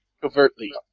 Covertly